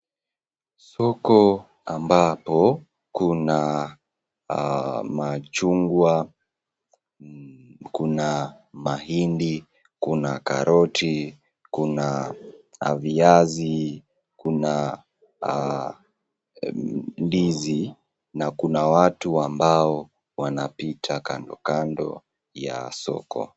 Soko ambapo kuna machungwa, kuna mahindi, kuna karoti, kuna viazi, kuna ndizi na kuna watu ambao wanapita kando kando ya soko.